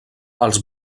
els